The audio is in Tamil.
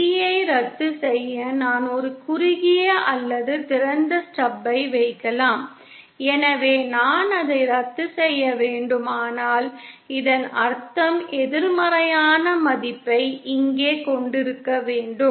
B ஐ ரத்து செய்ய நான் ஒரு குறுகிய அல்லது திறந்த ஸ்டப்பை வைக்கலாம் எனவே நான் அதை ரத்து செய்ய வேண்டுமானால் இதன் அர்த்தம் எதிர்மறையான மதிப்பை இங்கே கொண்டிருக்க வேண்டும்